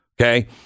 Okay